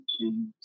James